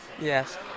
Yes